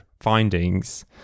findings